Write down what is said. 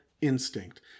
instinct